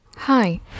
Hi